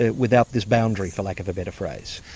ah without this boundary for lack of a better phrase?